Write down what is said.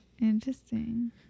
interesting